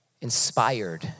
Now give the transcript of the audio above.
Inspired